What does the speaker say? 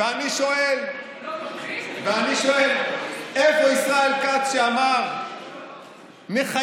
ואני שואל: איפה ישראל כץ שאמר "נחייב